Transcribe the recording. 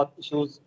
issues